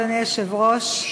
אדוני היושב-ראש,